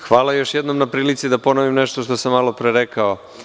Hvala, još jednom na prilici da ponovim ono što sam malopre rekao.